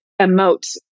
emote